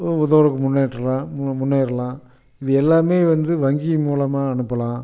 உதவுறதுக்கு முன்னேற்றலாம் முன்னேறலாம் இது எல்லாமே வந்து வங்கியின் மூலமாக அனுப்பலாம்